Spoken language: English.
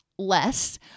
less